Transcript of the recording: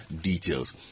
details